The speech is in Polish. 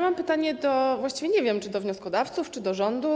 Mam pytanie - właściwie nie wiem, czy do wnioskodawców, czy do rządu